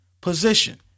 position